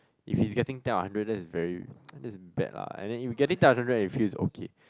if he's getting ten out of hundred that is very that is bad lah and then if getting ten out of hundred it feels okay